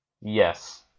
yes